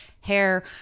hair